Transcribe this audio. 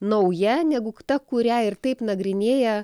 nauja negu ta kurią ir taip nagrinėja